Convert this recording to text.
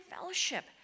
fellowship